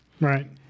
Right